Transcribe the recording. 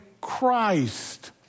Christ